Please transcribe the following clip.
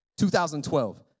2012